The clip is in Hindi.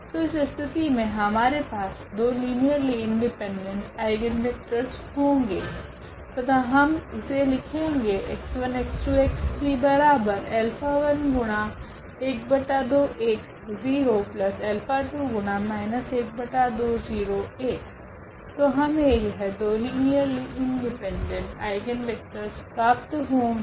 तो इस स्थिति मे हमारे पास दो लीनियरली इंडिपेंडेंट आइगनवेक्टरस होगे तथा हम इसे लिखेगे तो हमे यह दो लीनियरली इंडिपेंडेंट आइगनवेक्टरस प्राप्त होगे